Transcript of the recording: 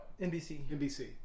NBC